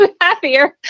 happier